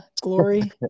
glory